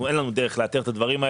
ואין לנו דרך לאתר את הדברים,